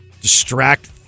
distract